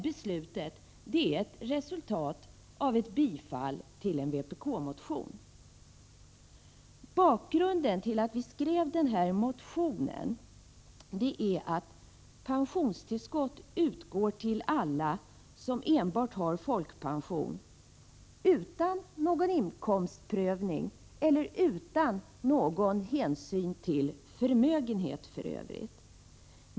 Beslutet är ett resultat av ett tillstyrkande av en vpk-motion. Bakgrunden till att vi skrev denna motion är att pensionstillskott utgår till alla som enbart har folkpension utan att någon inkomstprövning görs och utan att någon hänsyn tas till förmögenhet i övrigt.